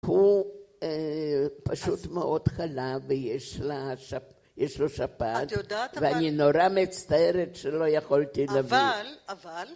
הוא פשוט מאוד חלה ויש לה... ויש לו שפעת, ואני נורא מצטערת שלא יכולתי להביא. אבל, אבל...